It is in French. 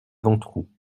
ventroux